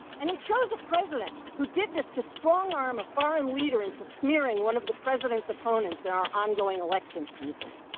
and it shows a president who did this to strongarm a foreign leader into smearing one of the president's opponents in our ongoing election season.